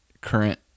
current